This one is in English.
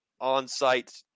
on-site